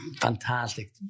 fantastic